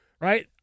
right